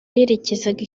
yerekezaga